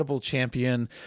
Champion